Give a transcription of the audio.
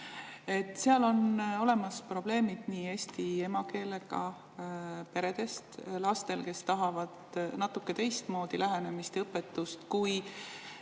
Seal on probleemid nii eesti emakeelega peredest lastel, kes tahavad natuke teistmoodi lähenemist ja õpetust,